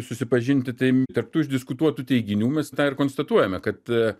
susipažinti tai tarp tų išdiskutuotų teiginių mes tą ir konstatuojame kad